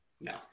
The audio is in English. No